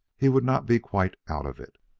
he would not be quite out of it.